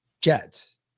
jets